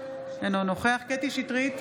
אינו נוכח קטי קטרין שטרית,